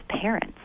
parents